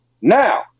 Now